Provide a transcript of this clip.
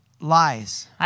lies